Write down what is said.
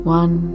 one